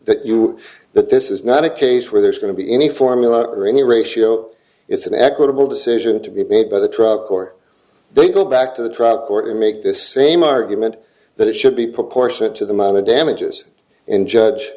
that you that this is not a case where there's going to be any formula or any ratio it's an equitable decision to be made by the truck or they go back to the truck or to make this same argument that it should be proportionate to the mana damages in judge